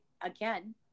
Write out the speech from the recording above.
again